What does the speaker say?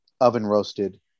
oven-roasted